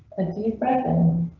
a depression. in